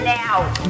now